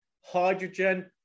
Hydrogen